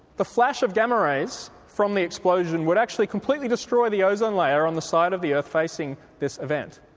the flash of gamma rays from the explosion would actually completely destroy the ozone layer on the side of the earth facing this event,